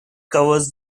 covers